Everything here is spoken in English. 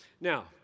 Now